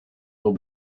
will